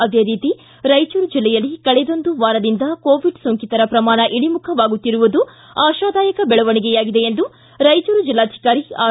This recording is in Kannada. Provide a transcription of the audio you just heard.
ಆದೇ ರೀತಿ ರಾಯಚೂರು ಜಿಲ್ಲೆಯಲ್ಲಿ ಕಳೆದೊಂದು ವಾರದಿಂದ ಕೋವಿಡ್ ಸೋಂಕಿತರ ಪ್ರಮಾಣ ಇಳಿಮುಖವಾಗುತ್ತಿರುವುದು ಆಶಾದಾಯಕ ಬೆಳವಣಿಗೆಯಾಗಿದೆ ಎಂದು ರಾಯಚೂರು ಜಿಲ್ಲಾಧಿಕಾರಿ ಆರ್